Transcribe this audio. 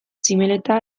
tximeleta